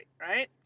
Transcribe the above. right